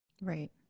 Right